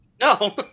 No